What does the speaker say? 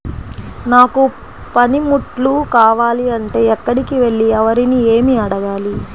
నాకు పనిముట్లు కావాలి అంటే ఎక్కడికి వెళ్లి ఎవరిని ఏమి అడగాలి?